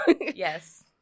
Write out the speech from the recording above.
Yes